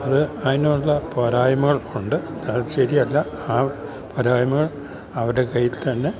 അത് അതിനുള്ള പോരായ്മകൾ ഉണ്ട് അതു ശരിയല്ല ആ പോരായ്മ അവരുടെ കയ്യില്ത്തന്നെ